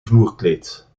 vloerkleed